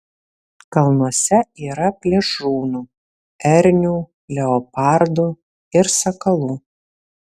kalnuose yra plėšrūnų ernių leopardų ir sakalų